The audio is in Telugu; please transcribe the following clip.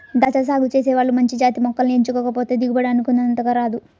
దాచ్చా సాగు చేసే వాళ్ళు మంచి జాతి మొక్కల్ని ఎంచుకోకపోతే దిగుబడి అనుకున్నంతగా రాదు